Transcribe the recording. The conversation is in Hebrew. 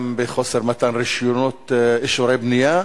גם באי-מתן אישורי בנייה.